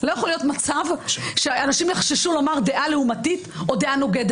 לא יכול להיות מצב שאנשים יחששו לומר דעה לעומתית או דעה נוגדת.